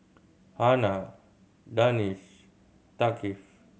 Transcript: Hana Danish Thaqif